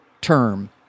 term